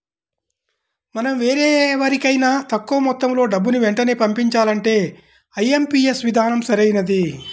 మనం వేరెవరికైనా తక్కువ మొత్తంలో డబ్బుని వెంటనే పంపించాలంటే ఐ.ఎం.పీ.యస్ విధానం సరైనది